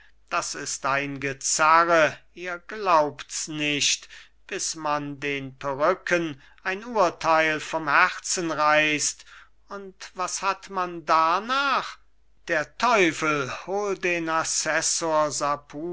das ist ein gezerre ihr glaubt's nicht bis man den perücken ein urteil vom herzen reißt und was hat man darnach der teufel hol den